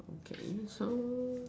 okay so